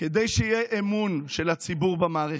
כדי שיהיה אמון של הציבור במערכת,